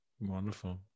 Wonderful